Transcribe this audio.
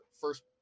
first